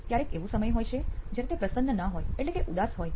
ક્યારેક એવો સમય હોય છે જયારે તે પ્રસન્ન ના હોય એટલે કે ઉદાસ હોય